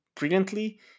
brilliantly